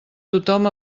tothom